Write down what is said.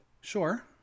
sure